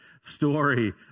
story